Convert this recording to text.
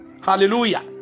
Hallelujah